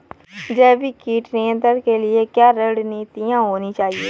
जैविक कीट नियंत्रण के लिए क्या रणनीतियां होनी चाहिए?